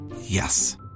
Yes